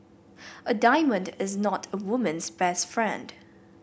a diamond is not a woman's best friend